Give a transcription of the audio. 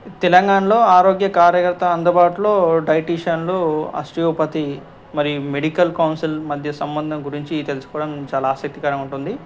తెలంగాణలో ఆరోగ్య కార్యకర్త అందుబాటులో డైటీషియన్లు ఆస్టియోపతి మరియు మెడికల్ కౌన్సిల్ మధ్య సంబంధం గురించి తెలుసుకోవడం చాలా ఆసక్తికరంగా ఉంటుంది